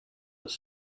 its